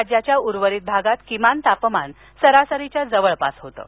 राज्याच्या उर्वरित भागात किमान तापमान सरासरीच्या जवळपास होतं